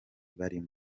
barimo